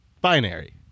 binary